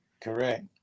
Correct